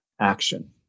action